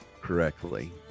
correctly